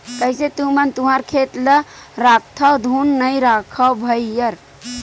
कइसे तुमन तुँहर खेत ल राखथँव धुन नइ रखव भइर?